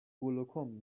گلوکوم